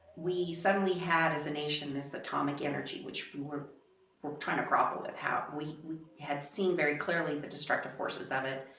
we suddenly had as a nation this atomic energy, which we were trying to grapple with how we had seen very clearly the destructive forces of it.